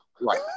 Right